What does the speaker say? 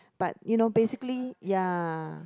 but you know basically ya